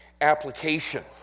application